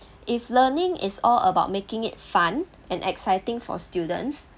if learning is all about making it fun and exciting for students